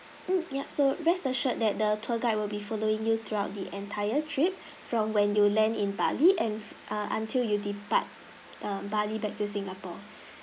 mm yup so rest assured that the tour guide will be following you throughout the entire trip from when you land in bali and ah until you depart uh bali back to singapore